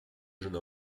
jeune